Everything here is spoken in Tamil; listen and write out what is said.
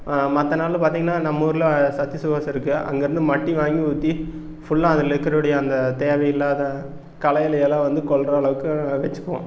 மற்ற நாளில் பார்த்திங்கனா நம்மூரில் சத்திசிவாஸ் இருக்குது அங்கேருந்து மட்டி வாங்கி ஊற்றி ஃபுல்லாக அதுலருக்கக்கூடிய அந்த தேவையில்லாத களைகளல்லாம் கொல்கிற அளவுக்கு வச்சுக்குவோம்